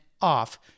off